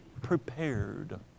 prepared